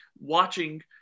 watching